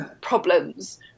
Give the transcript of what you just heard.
problems